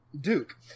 Duke